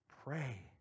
Pray